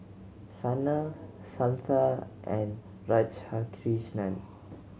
Sanal Santha and Radhakrishnan